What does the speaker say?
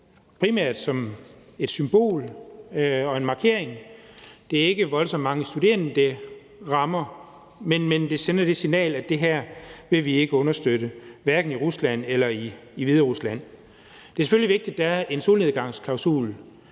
primært som et symbol og en markering. Det er ikke voldsomt mange studerende, det rammer, men det sender det signal, at det her vil vi ikke understøtte, hverken i Rusland eller i Hviderusland. Det er selvfølgelig vigtigt, at der er en solnedgangsklausul